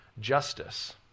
justice